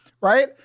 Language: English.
right